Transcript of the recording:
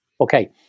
Okay